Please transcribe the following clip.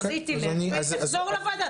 אז היא תלך והיא תחזור לוועדה.